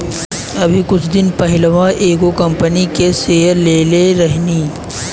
अभी कुछ दिन पहिलवा एगो कंपनी के शेयर लेले रहनी